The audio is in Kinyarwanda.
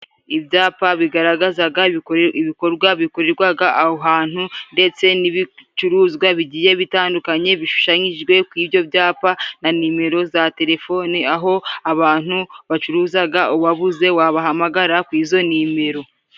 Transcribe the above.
Ibyapa bigaragazaga ibikorwa bikorerwaga aho hantu，ndetse n'ibicuruzwa bigiye bitandukanye，bishushanyijwe ku ibyo byapa na nimero za terefoni，aho abantu bacuruzaga， ubabuze wabahamagara ku izo nimero.